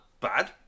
bad